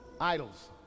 idols